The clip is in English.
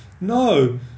No